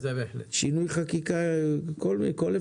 שינוי חקיקה, הכל אפשרי.